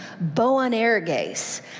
Boanerges